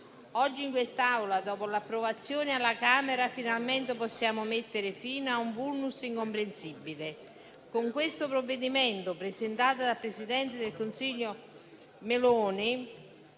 Oggi in quest'Aula, dopo l'approvazione alla Camera, finalmente possiamo mettere fine a un *vulnus* incomprensibile. Con questo provvedimento, presentato dal presidente del Consiglio Meloni